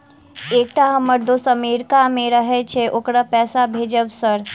एकटा हम्मर दोस्त अमेरिका मे रहैय छै ओकरा पैसा भेजब सर?